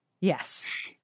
Yes